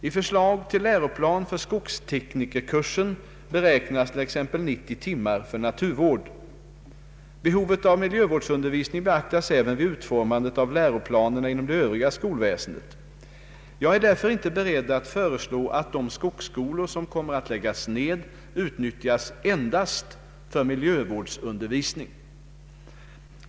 I förslag till läroplan för skogsteknikerkursen beräknas t.ex. 90 timmar för naturvård. Behovet av miljövårdsundervisning «beaktas även vid utformandet av läroplanerna inom det övriga skolväsendet. Jag är därför inte beredd att föreslå att de skogsskolor som kommer att läggas ned utnyttjas endast för miljövårdsundervisning.